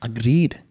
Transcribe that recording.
Agreed